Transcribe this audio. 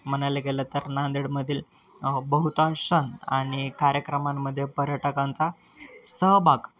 म्हणायला गेलं तर नांदेडमधील बहुतांश सण आणि कार्यक्रमांमध्ये पर्यटकांचा सहभाग